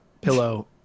pillow